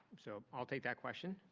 so i'll take that question.